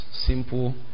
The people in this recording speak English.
simple